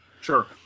Sure